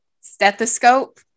stethoscope